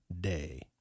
Day